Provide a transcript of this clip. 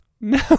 No